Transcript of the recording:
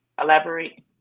Elaborate